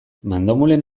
mandomulen